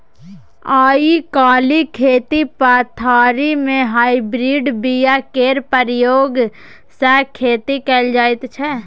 आइ काल्हि खेती पथारी मे हाइब्रिड बीया केर प्रयोग सँ खेती कएल जाइत छै